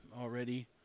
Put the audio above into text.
already